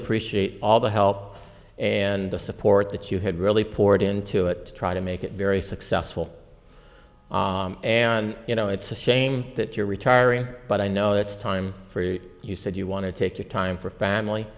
appreciate all the help and the support that you had really poured into it to try to make it very successful and you know it's a shame that you're retiring but i know it's time for you you said you want to take your time for family